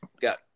got